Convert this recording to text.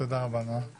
צהריים טובים,